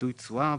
תלוי תשואה,